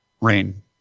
Rain